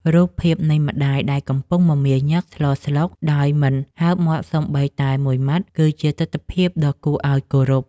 រូបភាពនៃម្ដាយដែលកំពុងមមាញឹកស្លស្លុកដោយមិនហើបមាត់សូម្បីមួយម៉ាត់គឺជាទិដ្ឋភាពដ៏គួរឱ្យគោរព។